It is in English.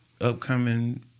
upcoming